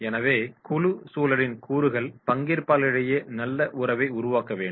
எனவே குழு சூழலின் கூறுகள் பங்கேற்பாளர்களிடையே நல்ல உறவை உருவாக்க வேண்டும்